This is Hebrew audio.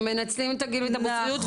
הם מנצלים את הבוסריות.